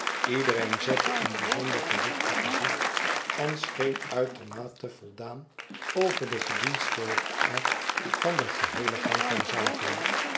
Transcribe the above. iedereen zette een bijzonder gewichtig gezicht en scheen uitermate voldaan over den verdienstelijken aard van den geheelen gang van zaken